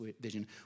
vision